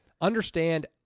understand